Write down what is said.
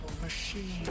machine